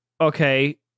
Okay